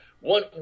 One